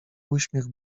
uśmiech